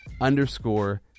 underscore